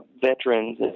veterans